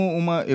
uma